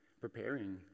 preparing